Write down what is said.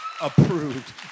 approved